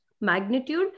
magnitude